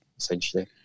essentially